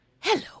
Hello